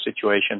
situation